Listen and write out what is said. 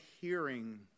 hearing